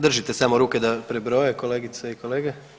Držite samo ruke da prebroje kolegice i kolege.